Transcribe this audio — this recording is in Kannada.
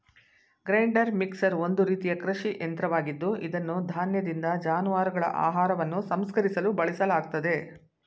ಗ್ರೈಂಡರ್ ಮಿಕ್ಸರ್ ಒಂದು ರೀತಿಯ ಕೃಷಿ ಯಂತ್ರವಾಗಿದ್ದು ಇದನ್ನು ಧಾನ್ಯದಿಂದ ಜಾನುವಾರುಗಳ ಆಹಾರವನ್ನು ಸಂಸ್ಕರಿಸಲು ಬಳಸಲಾಗ್ತದೆ